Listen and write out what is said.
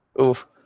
Oof